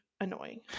annoying